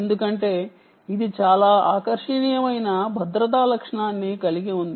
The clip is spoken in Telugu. ఎందుకంటే ఇది చాలా ఆకర్షణీయమైన భద్రతా లక్షణాన్ని కలిగి ఉంది